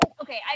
okay